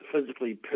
physically